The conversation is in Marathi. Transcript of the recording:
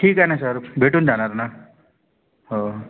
ठीक आहे ना सर भेटून जाणार ना हो